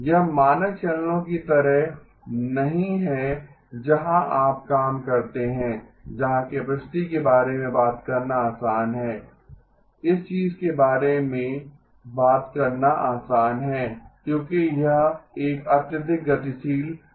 यह मानक चैनलों की तरह नहीं है जहां आप काम करते हैं जहां कैपेसिटी के बारे में बात करना आसान है इस चीज के बारे में बात करना आसान है क्योंकि यह एक अत्यधिक गतिशील प्रणाली है